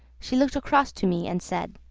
she looked across to me and said